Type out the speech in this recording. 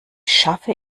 schaffe